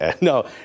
No